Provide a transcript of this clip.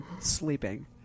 sleeping